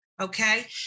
Okay